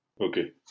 Okay